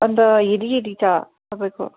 अन्त हेरिहेरि छ तपाईँको